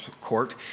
court